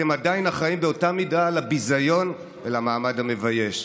אתם עדיין אחראים באותה המידה לביזיון ולמעמד המבייש.